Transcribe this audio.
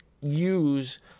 use